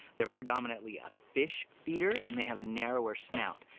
they're predominantly a fish feeder and they have a narrower snout.